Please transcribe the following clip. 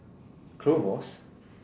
clone wars